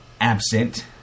absent